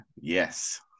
Yes